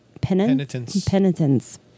penitence